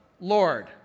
Lord